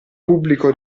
pubblico